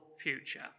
future